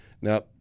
Now